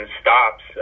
stops